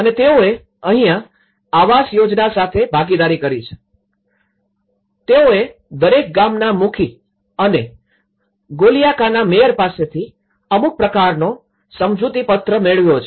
અને તેઓએ અહીંયા આવાસ યોજના સાથે ભાગીદારી કરી છે કે તેઓએ દરેક ગામના મુખી અને ગોલયાકાના મેયર પાસેથી અમુક પ્રકારનો સમજુતી પત્ર મેળવ્યો છે